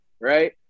right